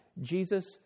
Jesus